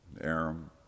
Aram